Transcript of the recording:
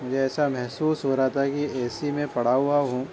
مجھے ایسا محسوس ہو رہا تھا کہ اے سی میں پڑا ہُوا ہوں